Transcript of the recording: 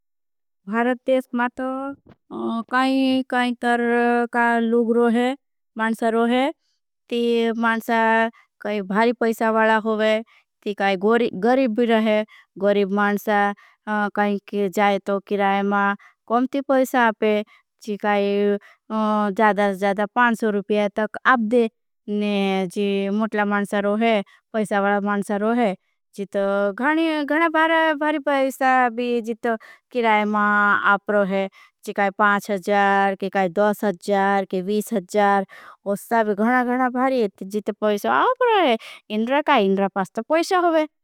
भारत देश मांतो काई काई तर का लुग। रोहे मांसा रोहे ती मांसा काई भारी पैसा वाला होगे ती काई। गरीब भी रोहे गरीब मांसा काई जाये तो। किराय मां कौम ती पैसा अपे जी काई जादा जादा रुपिया। तक आप दे जी मुटला मांसा रोहे पैस काई मां आप रोहे। जी काई काई काई काई उस साभी घणा घणा भारी। इतनी जीते पैसा आप रोहे इन्ड्रा काई इंड्रा पास तो पैसा होगे।